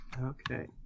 Okay